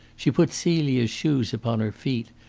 she put celia's shoes upon her feet,